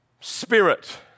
spirit